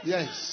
Yes